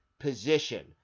position